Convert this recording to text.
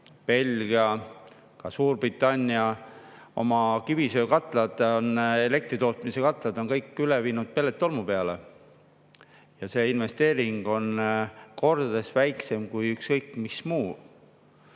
Belgia ja Suurbritannia on oma kivisöekatlad elektri tootmisel kõik üle viinud pelletitolmu peale ja see investeering on kordades väiksem kui ükskõik mis muu